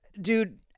dude